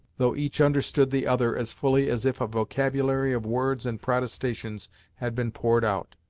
though each understood the other as fully as if a vocabulary of words and protestations had been poured out.